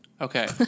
Okay